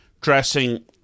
dressing